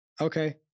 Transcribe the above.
okay